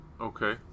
okay